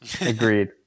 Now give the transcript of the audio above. Agreed